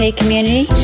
community